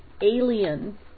alien